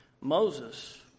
Moses